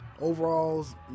Overalls